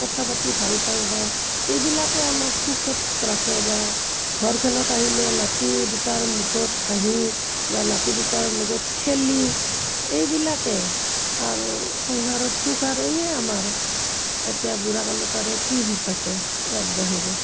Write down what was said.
কথা পাতি ভাল পাওঁ বা এইবিলাকেই আমাক সুখত ৰাখে বা ঘৰখনত আহিলে নাতি দুটাৰ মুখত হাঁহি বা নাতি দুটাৰ লগত খেলি এইবিলাকেই আৰু সংসাৰত সুখ আৰু এয়াই আমাৰ এতিয়া বুঢ়া কালত আৰু কি সুখ আছে ইয়াৰ বাহিৰে